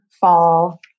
Fall